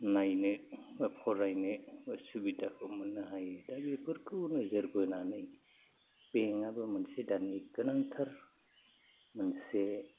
नायनो बा फरायनो बा सुबिदाखौ मोननो हायो दा बेफोरखौ नोजोर बोनानै बेंकआबो दानिया मोनसे गोनांथार मोनसे